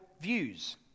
views